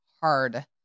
hard